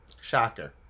Shocker